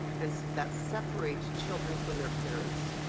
and that separate children from their parents.